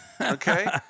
Okay